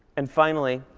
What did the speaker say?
and finally,